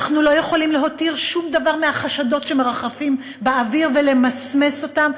אנחנו לא יכולים להותיר שום דבר מהחשדות שמרחפים באוויר ולמסמס אותם,